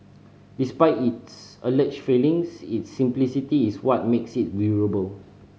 despite its alleged failings its simplicity is what makes it durable